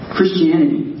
Christianity